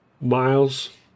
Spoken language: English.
Miles